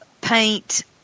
paint –